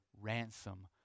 ransom